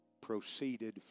proceeded